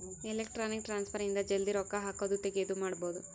electronic transfer ಇಂದ ಜಲ್ದೀ ರೊಕ್ಕ ಹಾಕೋದು ತೆಗಿಯೋದು ಮಾಡ್ಬೋದು